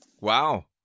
Wow